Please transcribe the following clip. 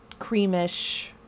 creamish